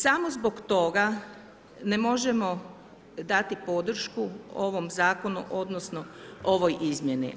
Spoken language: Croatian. Samo zbog toga ne možemo dati podršku ovom zakonu, odnosno ovoj izmjeni.